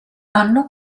hanno